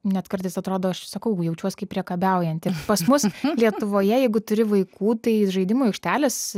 net kartais atrodo aš sakau jaučiuos kaip priekabiaujanti pas mus lietuvoje jeigu turi vaikų tai žaidimų aikštelės